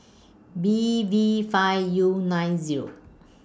B V five U nine Zero